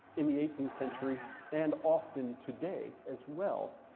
in the eighteenth century and often today as well,